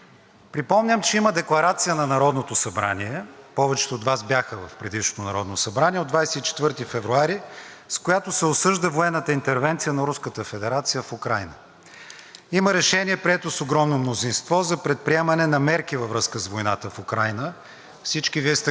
с която се осъжда военната интервенция на Руската федерация в Украйна. Има Решение, прието с огромно мнозинство, за предприемане на мерки във връзка с войната в Украйна. Всички Вие сте гласували за него на 4 май. То беше един труден компромис, който обаче запази единството на Народното събрание.